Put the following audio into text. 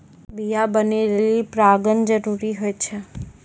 बीया बनै लेलि परागण जरूरी होय छै